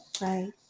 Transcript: Right